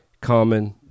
common